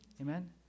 Amen